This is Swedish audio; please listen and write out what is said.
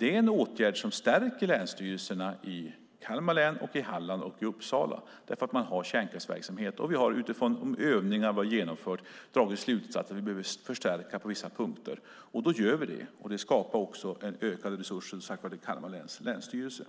Det är en åtgärd som stärker länsstyrelserna i Kalmar, Hallands och Uppsala län. Där har man kärnkraftsverksamhet, och vi har utifrån de övningar vi har genomfört dragit slutsatsen att vi behöver förstärka på vissa punkter. Det gör vi, och det skapar också ökade resurser till Kalmar läns länsstyrelse.